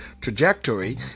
trajectory